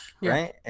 Right